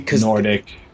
Nordic